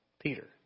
Peter